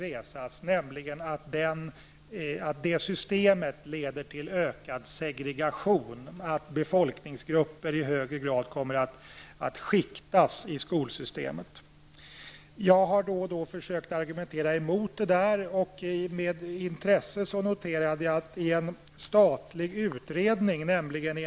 Det är att systemet skulle leda till ökad segregation, dvs. att befolkningsgrupper i högre grad skulle skiktas i skolsystemet. Jag har då och då försökt argumentera emot detta. Jag har med intresse tagit del i en statlig utredning, bil.